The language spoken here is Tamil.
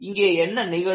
இங்கே என்ன நிகழும்